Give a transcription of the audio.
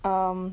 um